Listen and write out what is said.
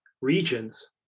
regions